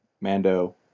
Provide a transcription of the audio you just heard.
Mando